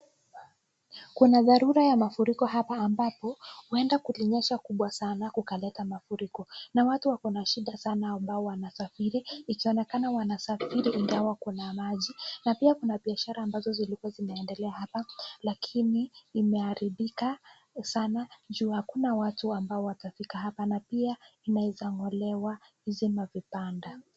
Kuna dharura ya mafuriko haap ambapo huenda kulinyesha kubwa sana kukaleta mafuriko. Na watu wako na shida sana ambao wanasafiri ikionekana wanasafiri ingawa kuna maji. Na pia kuna biashari ambazo zilikuwa zinaendelea hapa lakini imeharibika sana juu hakuna watu amabo watafika hapa na pia inangolewa hizi mavibanda.